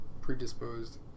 predisposed